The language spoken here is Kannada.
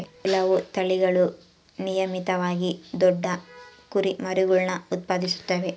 ಕೆಲವು ತಳಿಗಳು ನಿಯಮಿತವಾಗಿ ದೊಡ್ಡ ಕುರಿಮರಿಗುಳ್ನ ಉತ್ಪಾದಿಸುತ್ತವೆ